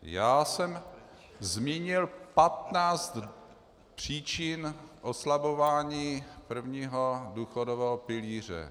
Já jsem zmínil 15 příčin oslabování prvního důchodového pilíře.